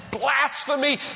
blasphemy